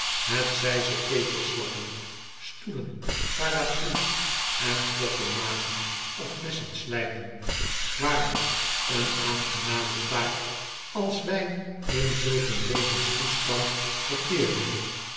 hetzij ze ketels lappen stoelen paraplu's en klokken maken of messen slijpen waarlijk een aangename taak als wij in zulk een levenstoestand verkeerden